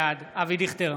בעד אבי דיכטר,